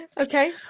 Okay